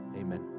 Amen